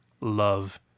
love